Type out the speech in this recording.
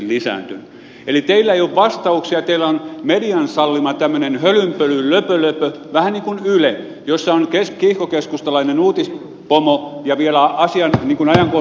teillä ei ole vastauksia teillä on median sallima tämmöinen hölynpölyn löpölöpö vähän niin kuin yle jossa on kiihkokeskustalainen uutispomo ja vielä asian niin kuin ajankohtaispäällikkö